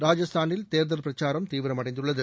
ராஜஸ்தானில் தேர்தல் பிரச்சாரம் தீவிரமடைந்துள்ளது